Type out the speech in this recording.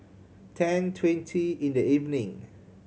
ten twenty in the evening